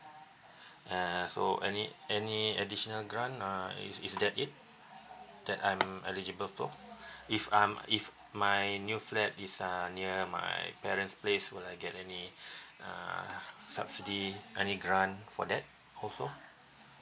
uh so any any additional grant uh is is that it that I'm eligible for if I'm if my new flat is uh near my parents' place will I get any uh subsidy any grant for that also